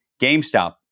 GameStop